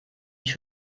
mich